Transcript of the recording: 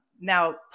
Now